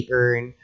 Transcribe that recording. earn